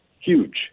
Huge